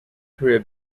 career